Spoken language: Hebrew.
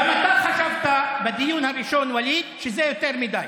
גם אתה חשבת בדיון הראשון, ווליד, שזה יותר מדי.